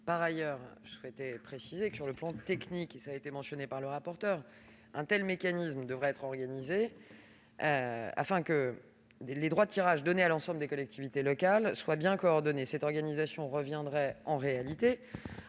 Par ailleurs, sur le plan technique, comme l'a dit le rapporteur, un tel mécanisme devrait être organisé afin que les droits de tirage donnés à l'ensemble des collectivités locales soient bien coordonnés. Cette organisation reviendrait, en réalité,